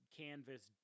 canvas